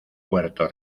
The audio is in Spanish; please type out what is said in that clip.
puerto